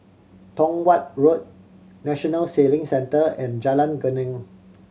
Tong Watt Road National Sailing Centre and Jalan Geneng